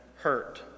hurt